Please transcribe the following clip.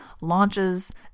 launches